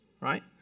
right